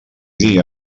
dia